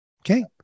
Okay